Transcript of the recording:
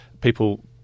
people